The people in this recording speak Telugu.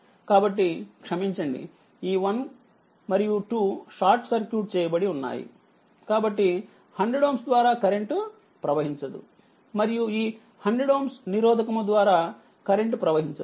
కాబట్టి క్షమించండి ఈ 1 2 షార్ట్ సర్క్యూట్ చేయబడి ఉన్నాయి కాబట్టి 100Ω ద్వారా కరెంట్ ప్రవహించదు మరియుఈ 100 నిరోధకముద్వారా కరెంట్ ప్రవహించదు